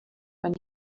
when